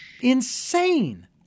insane